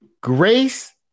Grace